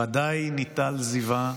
/ ודאי ניטל זיווה!